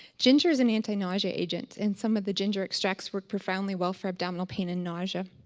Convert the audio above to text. ginger is an anti-nausea agent and some of the ginger extracts were profoundly well for abdominal pain and nausea.